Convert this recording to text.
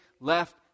left